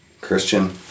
Christian